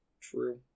true